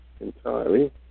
entirely